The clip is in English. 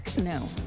No